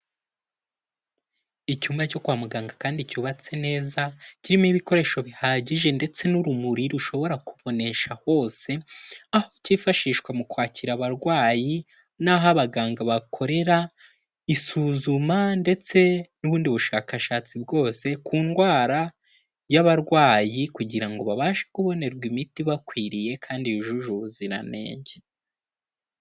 Icyumba cyo kwa muganga kandi cyubatse neza, kirimo ibikoresho bihagije ndetse n'urumuri rushobora kubonesha hose, aho kifashishwa mu kwakira abarwayi naho abaganga bakorera isuzuma ndetse n'ubundi bushakashatsi bwose ku ndwara y'abarwayi kugira ngo babashe kubonerwa imiti ibakwiriye kandi yujuje ubuziranenge.